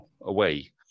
away